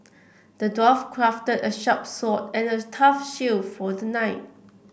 the dwarf crafted a sharp sword and a tough shield for the knight